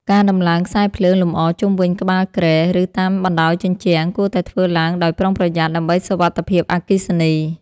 ការដំឡើងខ្សែភ្លើងលម្អជុំវិញក្បាលគ្រែ ឬតាមបណ្ដោយជញ្ជាំង គួរតែធ្វើឡើងដោយប្រុងប្រយ័ត្នដើម្បីសុវត្ថិភាពអគ្គិសនី។